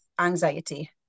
anxiety